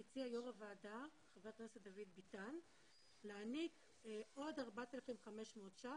הציע יושב-ראש הוועדה חבר הכנסת דוד ביטן להעניק עוד 4,500 ש"ח,